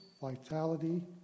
vitality